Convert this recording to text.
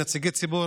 נציגי ציבור,